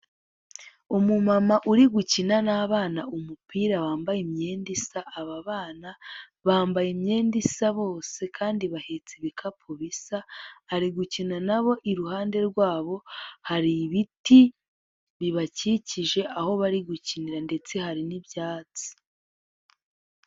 Umumama uri gukina n'abana umupira wambaye imyenda isa, aba bana, bambaye imyenda isa bose kandi bahetse ibikapu bisa, ari gukina na bo iruhande rwabo hari ibiti bibakikije, aho bari gukinira ndetse hari n'ibyatsi.